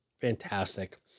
fantastic